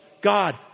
God